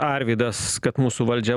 arvydas kad mūsų valdžia